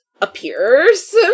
appears